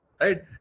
Right